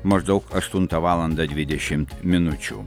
maždaug aštuntą valandą dvidešimt minučių